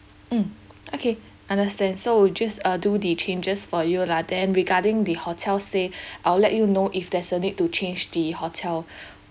mm okay understand so we'll just uh do the changes for you lah then regarding the hotel stay I'll let you know if there's a need to change the hotel